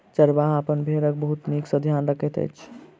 चरवाहा अपन भेड़क बहुत नीक सॅ ध्यान रखैत अछि